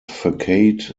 facade